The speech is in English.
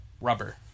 rubber